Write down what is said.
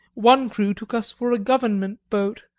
one crew took us for a government boat,